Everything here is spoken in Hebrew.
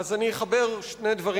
אז אני אחבר שני דברים,